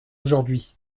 aujourd’hui